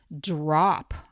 drop